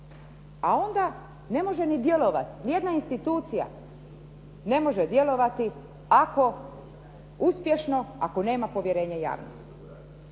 A onda ne može ni djelovati, jedna institucija ne može djelovati uspješno, ako nema povjerenja javnosti.